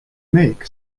make